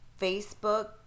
Facebook